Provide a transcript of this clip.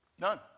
None